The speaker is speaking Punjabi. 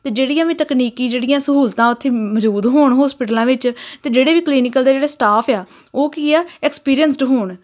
ਅਤੇ ਜਿਹੜੀਆਂ ਵੀ ਤਕਨੀਕੀ ਜਿਹੜੀਆਂ ਸਹੂਲਤਾਂ ਉੱਥੇ ਮੌਜੂਦ ਹੋਣ ਹੋਸਪਿਟਲਾਂ ਵਿੱਚ ਅਤੇ ਜਿਹੜੇ ਵੀ ਕਲੀਨੀਕਲ ਦੇ ਜਿਹੜੇ ਸਟਾਫ ਆ ਉਹ ਕੀ ਆ ਐਕਸਪੀਰੀਅੰਸਡ ਹੋਣ